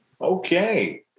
Okay